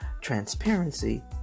transparency